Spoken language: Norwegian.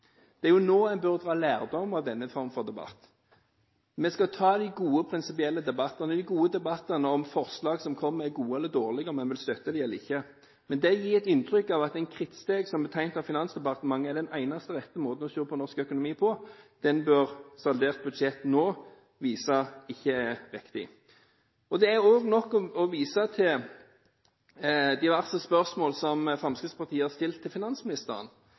Det er jo nå en burde ta lærdom av denne form for debatt. Vi skal ta de gode prinsipielle debattene og de gode debattene om hvorvidt forslag som kommer, er gode eller dårlige, og om vi vil støtte dem eller ikke. Men en gir et inntrykk av at en krittstrek som er tegnet av Finansdepartementet, er den eneste rette måten å se på norsk økonomi på. Det bør saldert budsjett nå vise ikke er riktig. Det er også nok å vise til diverse spørsmål som Fremskrittspartiet har stilt til finansministeren